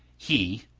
he,